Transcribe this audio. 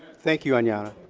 thank you aiyana.